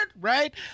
right